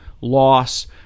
loss